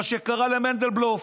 מה שקרה למנדלבלוף.